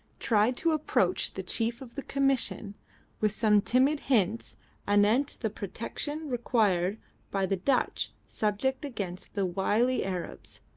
tried to approach the chief of the commission with some timid hints anent the protection required by the dutch subject against the wily arabs,